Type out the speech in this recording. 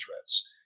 threats